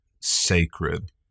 sacred